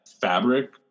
fabric